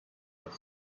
had